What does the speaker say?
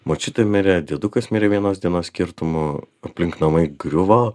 močiutė mirė diedukas mirė vienos dienos skirtumu aplink namai griuvo